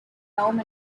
home